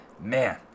man